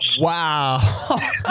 Wow